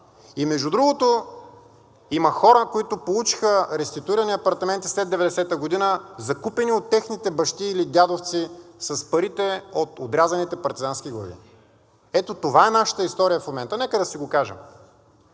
И между другото, има хора, които получиха реституирани апартаменти след 90-а година, закупени от техните бащи или дядовци с парите от отрязаните партизански глави. Ето това е нашата история в момента, нека да си го кажем.